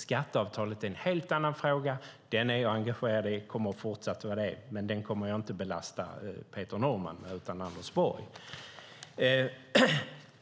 Skatteavtalet är en helt annan fråga. Den är och kommer jag att fortsätta vara engagerad i, men det belastar jag inte Peter Norman utan Anders Borg med.